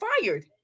fired